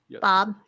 Bob